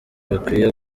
bakwiye